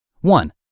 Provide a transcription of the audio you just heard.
one